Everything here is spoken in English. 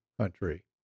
country